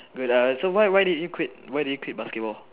good ah so so why did you quit why did you quit basketball